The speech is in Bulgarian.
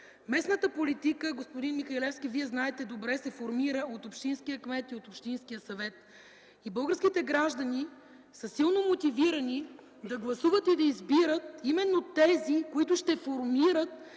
Вие знаете добре, господин Михалевски, се формира от общинския кмет и от общинския съвет. Българските граждани са силно мотивирани да гласуват и да избират именно тези, които ще формират